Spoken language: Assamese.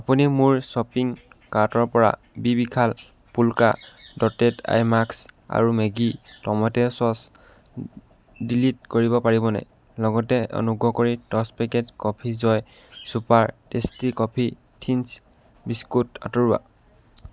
আপুনি মোৰ শ্বপিং কাৰ্টৰ পৰা বি Vishal polka dotted eye mask আৰু মেগী টমেটো চ'চ ডিলিট কৰিব পাৰিবনে লগতে অনুগ্ৰহ কৰি দছ packet coffee Joy super tasty coffee thins biscuit আঁতৰোৱা